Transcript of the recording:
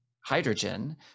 hydrogen